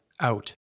out